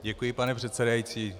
Děkuji, pane předsedající.